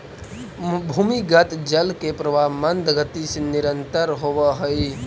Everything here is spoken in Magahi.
भूमिगत जल के प्रवाह मन्द गति से निरन्तर होवऽ हई